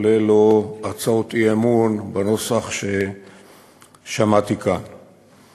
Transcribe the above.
כולל הצעות אי-אמון בנוסח ששמעתי כאן.